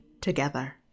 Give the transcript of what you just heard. together